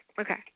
Okay